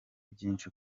byinshi